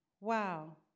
wow